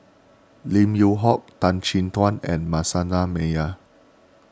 Lim Yew Hock Tan Chin Tuan and Manasseh Meyer